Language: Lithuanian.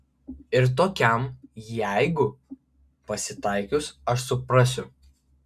ir tokiam jeigu pasitaikius aš suprasiu